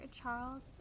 Charles